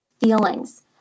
feelings